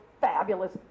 fabulous